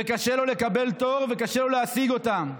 וקשה לו לקבל תור וקשה לו להשיג אותם.